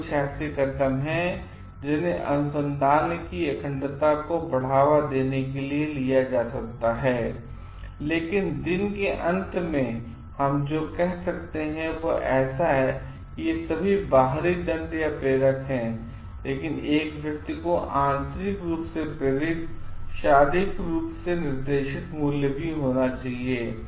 तो ये कुछ ऐसे कदम हैं जिन्हें अनुसंधान की अखंडता को बढ़ावा देने के लिए लिया जा सकता है लेकिन दिन के अंत में हम जो कह सकते हैं वह ऐसा है कि ये सभी बाहरी दंड या प्रेरक हैं लेकिन एक व्यक्ति को आंतरिक रूप से प्रेरित आंतरिक रूप से निर्देशित मूल्य होना चाहिए